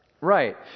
Right